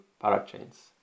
parachains